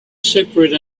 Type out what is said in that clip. separate